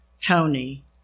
Tony